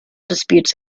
disputes